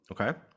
Okay